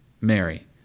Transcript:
Mary